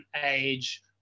age